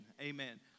Amen